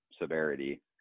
severity